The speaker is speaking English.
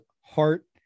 heart